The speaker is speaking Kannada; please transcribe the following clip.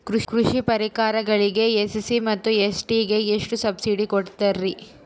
ಕೃಷಿ ಪರಿಕರಗಳಿಗೆ ಎಸ್.ಸಿ ಮತ್ತು ಎಸ್.ಟಿ ಗೆ ಎಷ್ಟು ಸಬ್ಸಿಡಿ ಕೊಡುತ್ತಾರ್ರಿ?